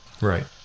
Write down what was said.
Right